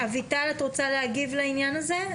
אביטל את רוצה להגיב לעניין הזה?